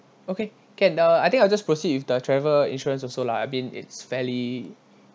okay can uh I think I'll just proceed with the travel insurance also lah I mean it's fairly